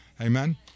Amen